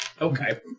Okay